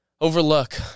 overlook